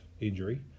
injury